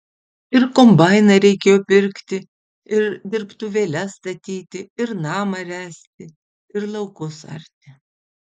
ir kombainą reikėjo pirkti ir dirbtuvėles statyti ir namą ręsti ir laukus arti